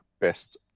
Best